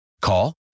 Call